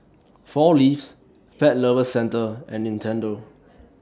four Leaves Pet Lovers Centre and Nintendo